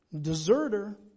deserter